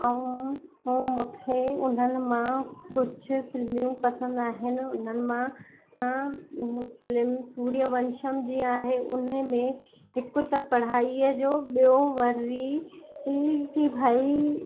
ऐं उहो मूंखे हुननि मां कुझु फ़िल्मियूं पसंदि आहिनि उन्हनि मां फ़िल्म सूर्यवंशम जीअं आहे उनेमें हिक त पढ़ाईअ जो ॿियो वरी री भई